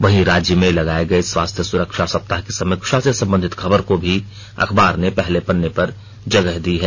वहीं राज्य में लगाए गए स्वास्थ्य सुरक्षा सप्ताह की समीक्षा से संबधित खबर को भी अखबार ने पहले पन्ने पर जगह दी है